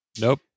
Nope